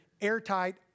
airtight